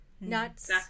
Nuts